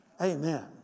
Amen